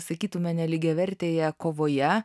sakytume nelygiavertėje kovoje